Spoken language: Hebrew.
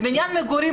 בבניין מגורים,